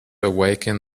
awaken